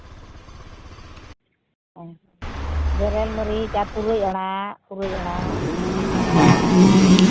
ᱚ ᱵᱮᱨᱮᱞ ᱢᱟᱨᱤᱪ ᱟᱨ ᱯᱩᱨᱟᱹᱭ ᱟᱲᱟᱜ ᱯᱩᱨᱟᱹᱭ ᱟᱲᱟᱜ